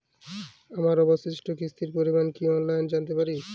আমার অবশিষ্ট কিস্তির পরিমাণ কি অফলাইনে জানতে পারি?